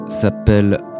s'appelle